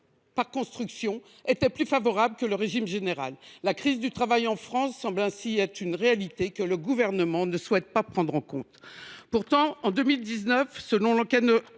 et étaient donc plus favorables que le régime général. La crise du travail en France semble être une réalité que le Gouvernement ne souhaite pas prendre en compte. Pourtant, en 2019, selon l’Enquête